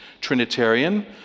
Trinitarian